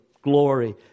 glory